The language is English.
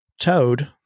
toad